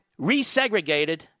resegregated